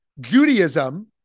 Judaism